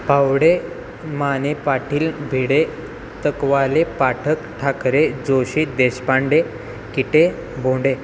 Pawde Mane Patil Bhide Takwale Pathak Thackeray Joshi Deshpande Kite Bonde